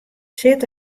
sit